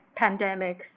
pandemics